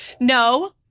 No